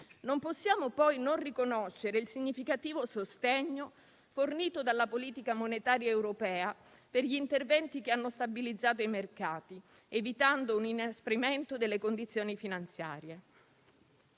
Non possiamo poi non riconoscere il significativo sostegno fornito dalla politica monetaria europea per gli interventi che hanno stabilizzato i mercati, evitando un inasprimento delle condizioni finanziarie;